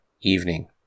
evening